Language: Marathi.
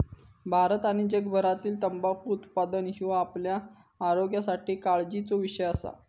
भारत आणि जगभरातील तंबाखू उत्पादन ह्यो आपल्या आरोग्यासाठी काळजीचो विषय असा